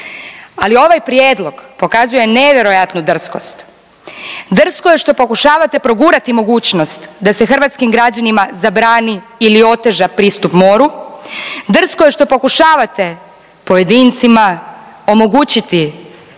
ali ovaj Prijedlog pokazuje nevjerojatnu drskost. Drsko je što pokušavati progurati mogućnost da se hrvatskim građanima zabrani ili oteža pristup moru, drsko je što pokušavate pojedincima omogućiti